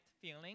feeling